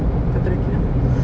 kau try kira